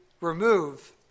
remove